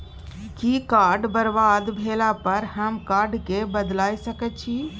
कि कार्ड बरबाद भेला पर हम कार्ड केँ बदलाए सकै छी?